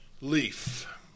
leaf